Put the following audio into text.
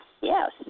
yes